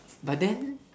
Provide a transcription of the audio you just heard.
but then